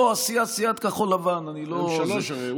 לא, סיעת כחול לבן, אני לא, הם שלוש, הרי.